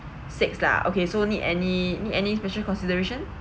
six lah okay so need any any special consideration